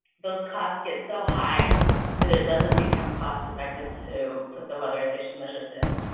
those costs get so high that it doesn't become cost effective to put the weatherization measures in.